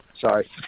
Sorry